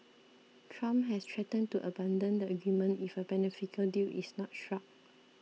Trump has threatened to abandon the agreement if a beneficial deal is not struck